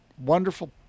wonderful